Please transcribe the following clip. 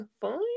Fine